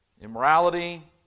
Immorality